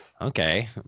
Okay